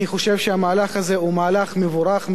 אני חושב שהמהלך הזה הוא מהלך מבורך,